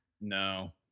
No